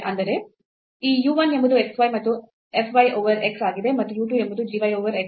ಅಂದರೆ ಈ u 1 ಎಂಬುದು x y ಮತ್ತು f y over x ಆಗಿದೆ ಮತ್ತು u 2 ಎಂಬುದು g y over x ಆಗಿದೆ